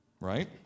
right